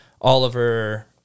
Oliver